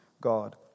God